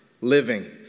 living